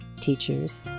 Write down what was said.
teachers